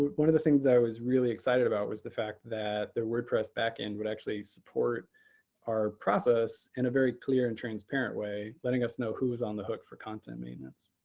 but one of the things i was really excited about was the fact that their wordpress back end would actually support our process in a very clear and transparent way, letting us know who is on the hook for content maintenance.